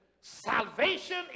Salvation